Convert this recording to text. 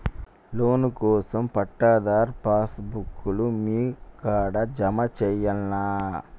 Loan కోసం పట్టాదారు pass book లు మీ కాడా జమ చేయల్నా?